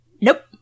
Nope